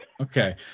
Okay